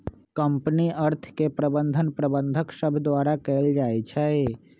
company अर्थ के प्रबंधन प्रबंधक सभ द्वारा कएल जाइ छइ